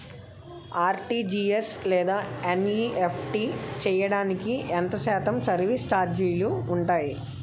RTGS లేదా NEFT చేయడానికి ఎంత శాతం సర్విస్ ఛార్జీలు ఉంటాయి?